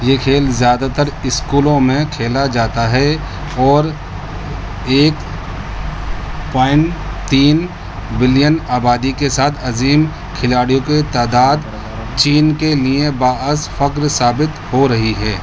یہ کھیل زیادہ تر اسکولوں میں کھیلا جاتا ہے اور ایک پوائنٹ تین بلین آبادی کے ساتھ عظیم کھلاڑیوں کی تعداد چین کے لیے باعث فخر ثابت ہو رہی ہے